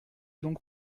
donc